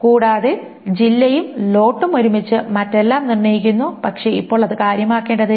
കൂടാതെ ജില്ലയും ലോട്ടും ഒരുമിച്ച് മറ്റെല്ലാം നിർണ്ണയിക്കുന്നു പക്ഷേ ഇപ്പോൾ അത് കാര്യമാക്കേണ്ടതില്ല